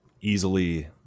easily